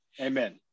Amen